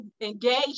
engaged